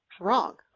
wrong